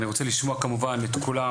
אני רוצה לשמוע כמובן את כולם,